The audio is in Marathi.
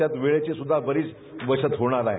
त्यात वेळेचीसूध्दा बरीच बचत होणार आहे